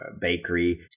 bakery